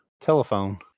telephone